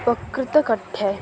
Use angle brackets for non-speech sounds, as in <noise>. <unintelligible>